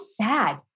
sad